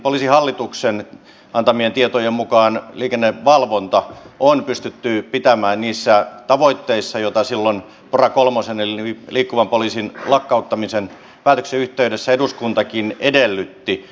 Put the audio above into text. poliisihallituksen antamien tietojen mukaan liikennevalvonta on pystytty pitämään niissä tavoitteissa joita silloin pora kolmosen eli liikkuvan poliisin lakkauttamisen päätöksen yhteydessä eduskuntakin edellytti